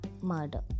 murder